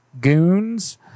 goons